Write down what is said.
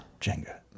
Jenga